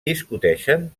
discuteixen